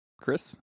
Chris